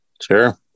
Sure